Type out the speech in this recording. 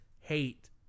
Hate